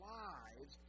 lives